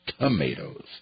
tomatoes